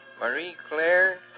Marie-Claire